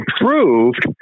improved